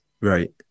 Right